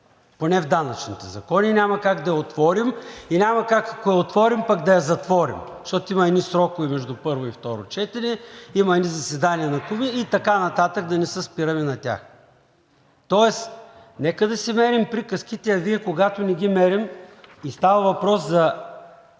Поне в данъчните закони няма как да я отворим и няма как, ако я отворим, пък да я затворим, защото има едни срокове между първо и второ четене, има едни заседания на комисиите и така нататък да не се спираме на тях. Тоест нека да си мерим приказките, а Вие, когато не ги мерим и става въпрос за